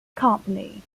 company